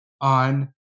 on